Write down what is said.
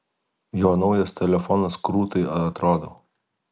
jo naujas telefonas krūtai atrodo